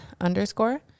underscore